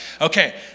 Okay